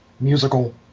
musical